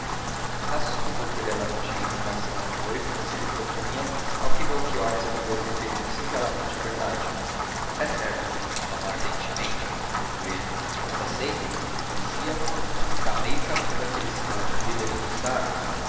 quê estácio explicou que helena não tinha indignação ao noivo que se lhe propunha ao que melchior respondeu referindo singelamente a verdade e certo que o não ama ardentemente concluiu ele mas aceita o aprecia o está a meio caminho da felicidade que lhe devemos dar